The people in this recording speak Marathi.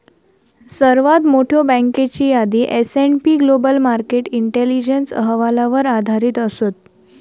सर्वात मोठयो बँकेची यादी S and P global market intelligence अहवालावर आधारित असत